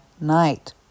night